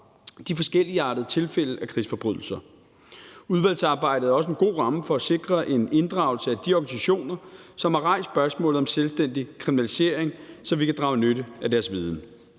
de forskelligartede tilfælde af krigsforbrydelser. Udvalgsarbejdet er også en god ramme for at sikre en inddragelse af de organisationer, som har rejst spørgsmålet om selvstændig kriminalisering, så vi kan drage nytte af deres viden.